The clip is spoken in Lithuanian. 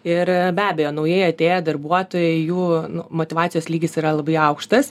ir be abejo naujai atėję darbuotojai jų motyvacijos lygis yra labai aukštas